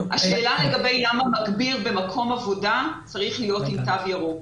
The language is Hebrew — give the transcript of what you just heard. השאלה לגבי מקום עבודה צריך להיות עם תו ירוק.